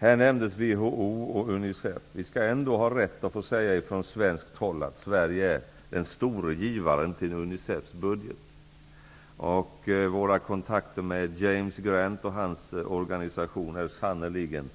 Eva Zetterberg nämnde WHO och Unicef. Vi skall ändå ha rätt att från svenskt håll säga att Sverige är den store givaren till Unicefs budget. Våra kontakter med James Grant och hans organisation är sannerligen